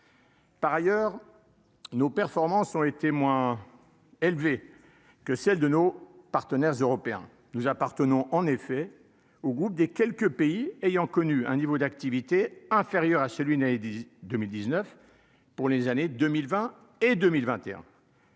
Par ailleurs, nos performances ont été moins élevées que celles de nos partenaires européens, nous appartenons en effet au groupe des quelques pays ayant connu un niveau d'activité inférieur à celui-là, dit 2019 pour les années 2020 et 2021.